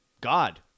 God